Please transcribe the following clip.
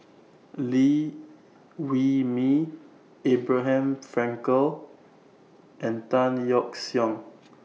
Liew Wee Mee Abraham Frankel and Tan Yeok Seong